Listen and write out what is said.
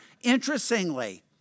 interestingly